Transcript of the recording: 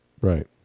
Right